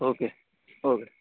okay okay